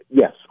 yes